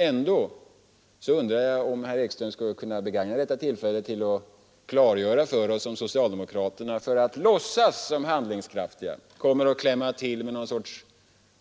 Ändå undrar jag om herr Ekström skulle vilja begagna detta tillfälle för att upplysa om huruvida socialdemokraterna för att låtsas vara handlingskraftiga inför valdagen kommer att klämma till med någon sorts